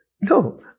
no